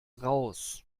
raus